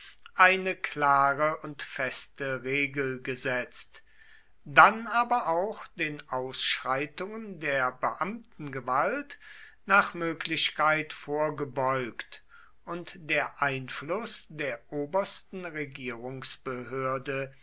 eine klare und feste regel gesetzt dann aber auch den ausschreitungen der beamtengewalt nach möglichkeit vorgebeugt und der einfluß der obersten